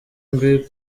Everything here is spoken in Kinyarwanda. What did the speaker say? mbi